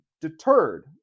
deterred